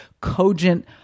cogent